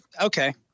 okay